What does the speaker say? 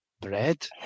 bread